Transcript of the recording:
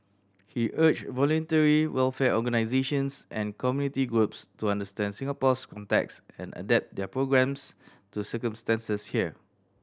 he urged voluntary welfare organisations and community groups to understand Singapore's context and adapt their programmes to circumstances here